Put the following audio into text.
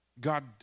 God